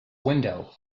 window